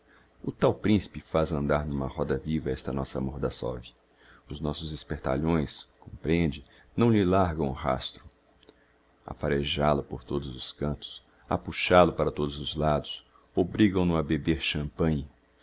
o tal principe faz andar n'uma roda viva esta nossa mordassov os nossos espertalhões comprehende não lhe largam o rastro a farejál o por todos os cantos a puxál o para todos os lados obrigam no a beber champanhe